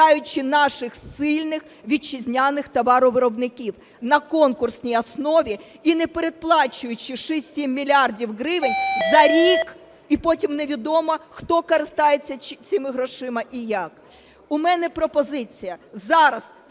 включаючи наших сильних вітчизняних товаровиробників, на конкурсній основі, і не переплачуючи 6-7 мільярдів гривень за рік, і потім невідомо, хто користується цими грошима і як.